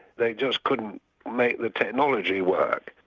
they just couldn't make the technology work.